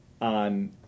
on